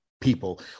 people